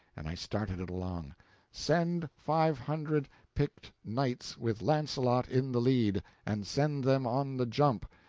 and i started it along send five hundred picked knights with launcelot in the lead and send them on the jump.